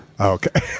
Okay